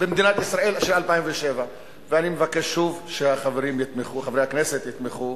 במדינת ישראל של 2007. ואני מבקש שוב שחברי הכנסת יתמכו